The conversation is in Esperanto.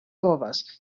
kovas